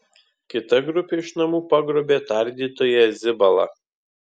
kita grupė iš namų pagrobė tardytoją zibalą